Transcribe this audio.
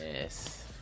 Yes